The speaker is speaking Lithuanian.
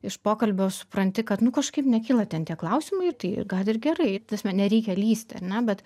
iš pokalbio supranti kad nu kažkaip nekyla ten tie klausimai tai gal ir gerai ta prasme nereikia lįsti ar ne bet